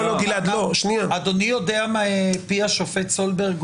אדוני יודע מה מפי השופט סולברג